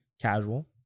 casual